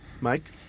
Mike